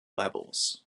levels